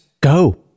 go